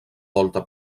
volta